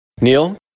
Neil